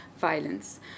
violence